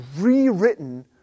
rewritten